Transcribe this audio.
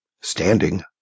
Standing